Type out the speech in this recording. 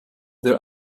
their